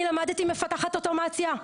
אני למדתי מפתחת אוטומציה,